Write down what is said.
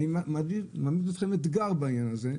ואני מעמיד לכם אתגר בנושא הזה,